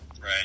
Right